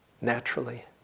naturally